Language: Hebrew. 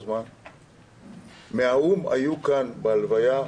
מהאו"ם היו כאן בהלוויה,